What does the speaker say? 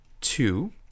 two